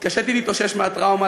התקשיתי להתאושש מהטראומה,